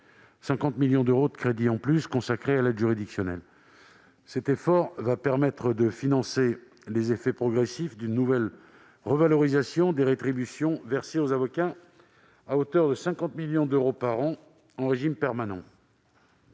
50 millions d'euros de plus qui lui sont consacrés. Cet effort permettra de financer les effets progressifs d'une nouvelle revalorisation des rétributions versées aux avocats, à hauteur de 50 millions d'euros par an en régime permanent.